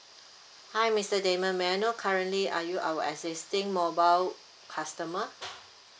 hi mister damon may I know currently are you our existing mobile customer